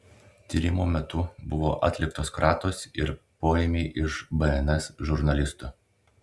tyrimo metu buvo atliktos kratos ir poėmiai iš bns žurnalistų